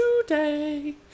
today